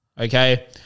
Okay